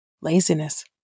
Laziness